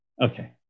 Okay